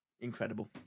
Incredible